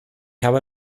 habe